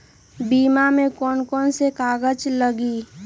बीमा में कौन कौन से कागज लगी?